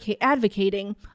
advocating